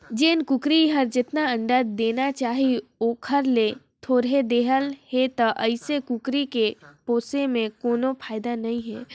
जेन कुकरी हर जेतना अंडा देना चाही ओखर ले थोरहें देहत हे त अइसन कुकरी के पोसे में कोनो फायदा नई हे